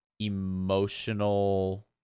emotional